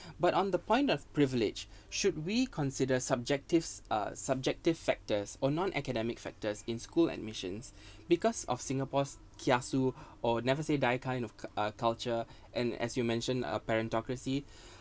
but on the point of privilege should we consider subjective uh subjective factors are non-academic factors in school admissions because of singapore's kiasu or never say die kind of uh culture and as you mentioned uh parentocracy